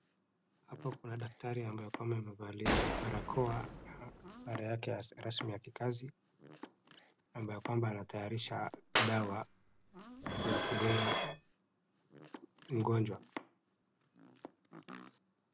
Hapa kuna daktari ambaye kwamba amevalia barakoa, sare yake ya rasmi ya kikazi, ambayo kwamba anatayarisha dawa ya kudunga mgonjwa.